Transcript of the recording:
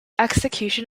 execution